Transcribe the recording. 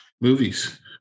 movies